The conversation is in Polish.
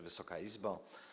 Wysoka Izbo!